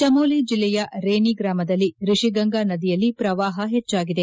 ಚಮೋಲಿ ಜಿಲ್ಲೆಯ ರೇನಿ ಗ್ರಾಮದಲ್ಲಿ ರಿಷಿಗಂಗಾ ನದಿಯಲ್ಲಿ ಪ್ರವಾಹ ಹೆಚ್ಚಾಗಿದೆ